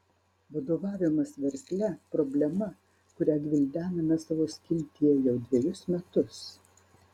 vadovavimas versle problema kurią gvildename savo skiltyje jau dvejus metus